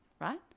right